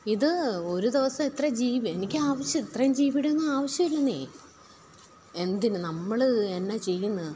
ഇത് ഒരു ദിവസം ഇത്ര ജീ ബി എനിക്ക് ആവശ്യം ഇത്രയും ജീ ബീ ടെ ഒന്നും ആവശ്യം ഇല്ലന്നേ എന്തിന് നമ്മൾ എന്നാ ചെയ്യുന്ന്